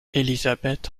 élisabeth